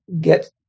get